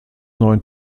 neuen